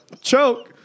choke